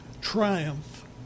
triumph